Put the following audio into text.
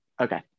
Okay